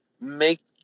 make